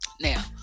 Now